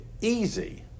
easy